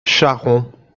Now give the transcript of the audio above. charron